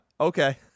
okay